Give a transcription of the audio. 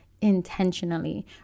intentionally